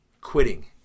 quitting